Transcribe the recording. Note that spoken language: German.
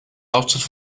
hauptstadt